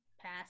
Pass